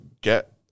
get